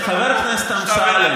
חבר הכנסת אמסלם,